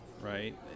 right